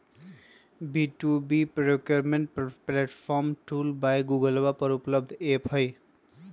B two B procurement platform tool by गूगलवा पर उपलब्ध ऐप हई